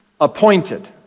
appointed